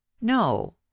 no